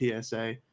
PSA